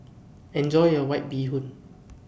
Enjoy your White Bee Hoon